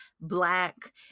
Black